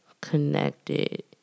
connected